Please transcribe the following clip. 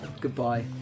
Goodbye